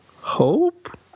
Hope